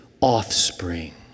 offspring